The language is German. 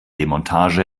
demontage